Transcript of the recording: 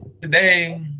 today